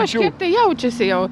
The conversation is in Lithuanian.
kažkaip tai jaučiasi jau